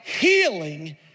healing